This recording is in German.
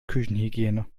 küchenhygiene